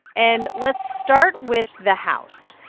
and let's start with the house.